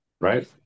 Right